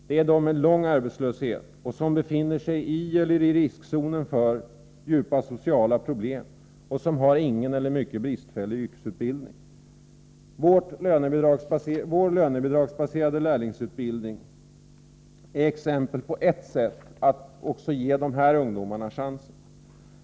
Det är ungdomar med lång arbetslöshet som befinner sig i, eller är i riskzonen för, djupa sociala problem och som inte har någon eller mycket bristfällig yrkesutbildning. Vår lönebidragsbaserade lärlingsutbildning är ett exempel på hur man kan ge dessa ungdomar chansen.